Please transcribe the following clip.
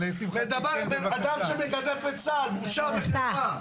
אדם שמגדף את צה"ל, בושה וחרפה.